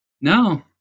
no